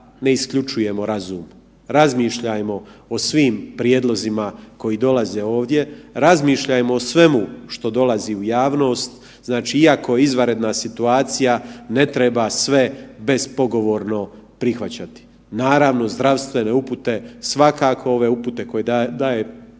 ne isključujemo razum. Razmišljajmo o svim prijedlozima koji dolaze ovdje, razmišljajmo o svemu što dolazi u javnost, znači iako je izvanredna situacija ne treba sve bespogovorno prihvaćati. Naravno, zdravstvene upute svakako, ove upute koje daje stožer oko